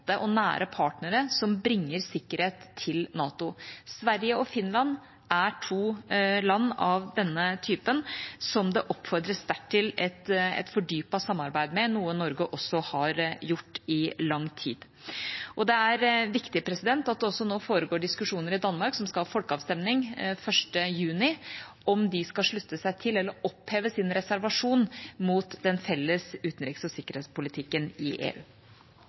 og nære partnere som bringer sikkerhet til NATO. Sverige og Finland er to land av denne typen som det oppfordres sterkt til et fordypet samarbeid med, noe Norge også har gjort i lang tid. Det er viktig at det også nå foregår diskusjoner i Danmark, som skal ha folkeavstemning 1. juni om de skal slutte seg til elleroppheve sin reservasjon mot den felles utenriks- og sikkerhetspolitikken i EU.